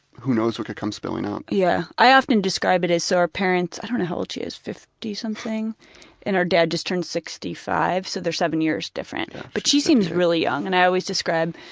who knows what could come spilling out. yeah i often describe it as though so our parents i don't know how old she is, fifty something? and our dad just turned sixty five, so they're seven years different. but she seems really young, and i always describe,